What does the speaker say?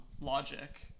logic